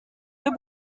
deux